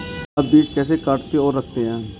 आप बीज कैसे काटते और रखते हैं?